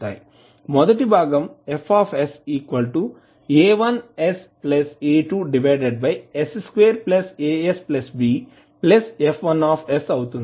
మొదటి భాగం FsA1sA2s2asbF1అవుతుంది